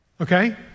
Okay